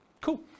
Cool